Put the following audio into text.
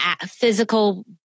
physical